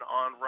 on